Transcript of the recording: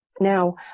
Now